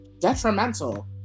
detrimental